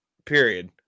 Period